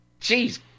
Jeez